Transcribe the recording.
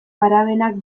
parabenak